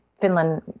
Finland